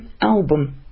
album